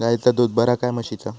गायचा दूध बरा काय म्हशीचा?